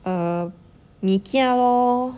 err mee kia lor